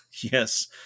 yes